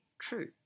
true